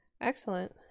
Excellent